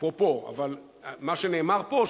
אבל אפרופו מה שנאמר פה,